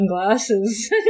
sunglasses